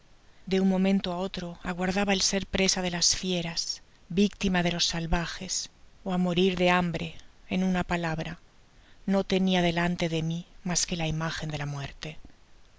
de un momento á otro aguardaba el ser presa de las fieras víctima de los salvajes ó á morir de hambre en una palabra no tenia delante de mi mas que la imágen dela muerte